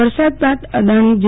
વરસાદ બાદ અદાણી જી